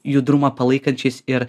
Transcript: judrumą palaikančiais ir